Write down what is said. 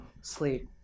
sleep